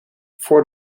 voor